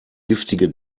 giftige